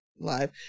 live